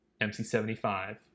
MC-75